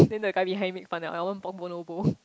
then the guy behind me make fun eh I want pork bowl no bowl